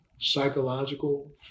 psychological